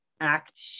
act